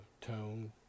Tone